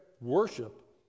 worship